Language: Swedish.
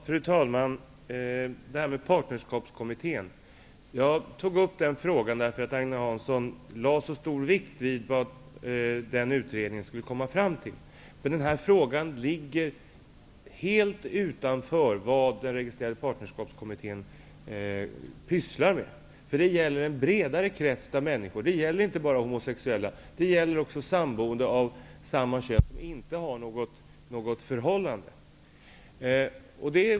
Fru talman! Jag berörde Partnerskapskommittén därför att Agne Hansson lade så stor vikt vid vad den utredningen skulle kunna komma fram till. Den fråga som jag tog upp ligger emellertid helt utanför det som Partnerskapskommittén skall syssla med. Det gäller här inte bara homosexuella utan även samboende av samma kön som inte har något förhållande.